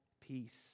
peace